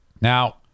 Now